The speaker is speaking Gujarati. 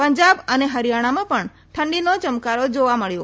પંજાબ અને હરિથાણામાં પણ ઠંડીનો ચમકારો જોવા મળ્યો